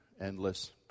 endless